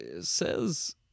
says